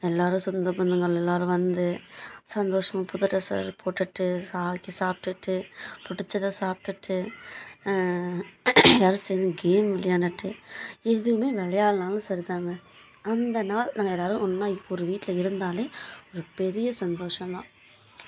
எல்லோரும் சொந்த பந்தங்கள் எல்லோரும் வந்து சந்தோஷமா புது ட்ரெஸ் போட்டுகிட்டு ஆக்கி சாப்பிட்டுட்டு புடிச்சத சாப்டுட்டு எல்லோரும் சேர்ந்து கேம் விளையாண்டுட்டு எதுவுமே விளையாட்னாலும் சரிதாங்க அந்த நாள் நாங்கள் எல்லோரும் ஒன்றா இப்போ ஒரு வீட்டில் இருந்தாலே ஒரு பெரிய சந்தோஷந்தான்